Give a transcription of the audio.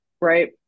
right